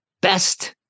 best